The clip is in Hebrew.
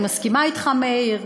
אני מסכימה אתך מאיר,